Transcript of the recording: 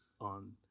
on